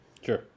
Sure